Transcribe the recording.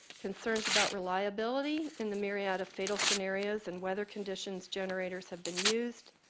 concerns about reliability in the myriad of fatal scenarios and weather conditions, generators have been used,